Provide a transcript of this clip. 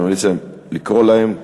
אני ממליץ לכם לקרוא להם,